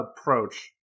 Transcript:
approach